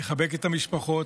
לחבק את המשפחות,